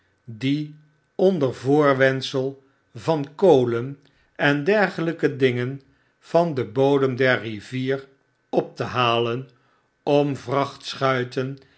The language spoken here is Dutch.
die onder voorwendsel van kolen en dergelpe dingen van den bodem der rivier op te halen om